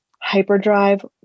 Hyperdrive